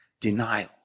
denial